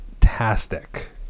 fantastic